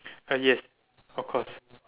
uh yes of course